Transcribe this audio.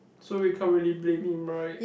so we can't really blame him right